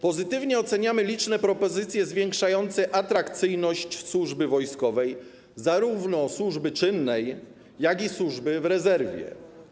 Pozytywnie oceniamy liczne propozycje zwiększające atrakcyjność służby wojskowej, zarówno służby czynnej, jak i służby w rezerwie.